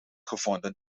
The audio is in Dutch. gevonden